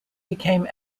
became